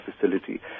facility